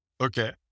Okay